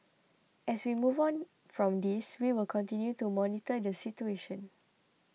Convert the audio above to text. as we move on from this we will continue to monitor the situation